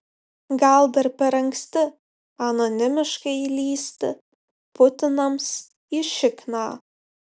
gal dar per anksti anonimiškai lįsti putinams į šikną